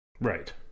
Right